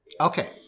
Okay